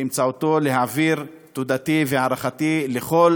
באמצעותו, להעביר תודתי והערכתי לכל